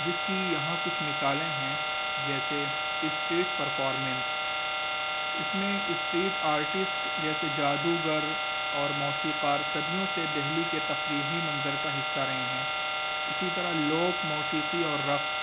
جس کی یہاں کچھ مثالیں ہیں جیسے اسٹریٹ پرفارمینس اس میں اسٹریٹ آرٹسٹ جیسے جادوگر اور موسیقار صدیوں سے دلی کے تفریحی منظر کا حصہ رہے ہیں اسی طرح لوک موسیقی اور رقص